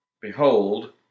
Behold